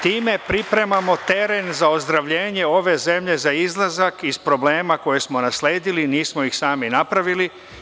Time pripremamo teren za ozdravljenje ove zemlje, za izlazak iz problema koje smo nasledili, nismo ih sami napravili.